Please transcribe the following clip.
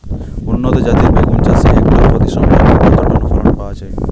উন্নত জাতের বেগুন চাষে হেক্টর প্রতি সম্ভাব্য কত টন ফলন পাওয়া যায়?